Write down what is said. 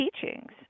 teachings